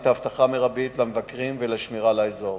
את האבטחה המרבית למבקרים ולשמור על האזור.